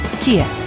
Kia